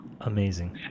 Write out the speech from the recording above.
Amazing